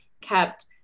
kept